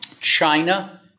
China